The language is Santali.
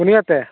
ᱯᱩᱱᱤᱭᱟᱹ ᱛᱮ